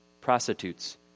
prostitutes